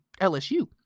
LSU